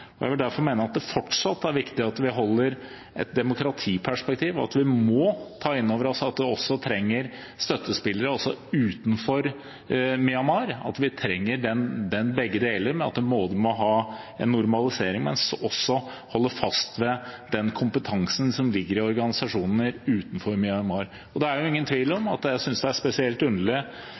Jeg vil derfor mene at det fortsatt er viktig at vi har et demokratiperspektiv, at vi må ta inn over oss at en trenger støttespillere også utenfor Myanmar – at vi trenger begge deler – og at en må ha en normalisering, men også må holde fast ved den kompetansen som ligger i organisasjoner utenfor Myanmar. Det er ingen tvil om at jeg synes det er spesielt underlig